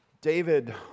David